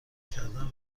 کردن